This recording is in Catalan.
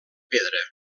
pedra